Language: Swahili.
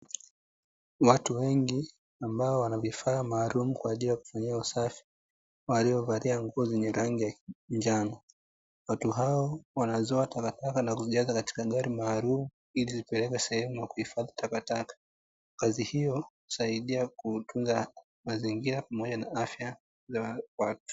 Watu wengi ambao wana vifaa maalumu kwa ajili ya kufanyia usafi waliovaliaa nguo zenye rangi ya njano, watu hawa wanazoa takataka na kuzijaza katika gari maalumu, ili zipelekwe sehemu ya kuhifadhi takataka. Kazi hiyo, husaidia kutunza mazingira pamoja na afya za watu.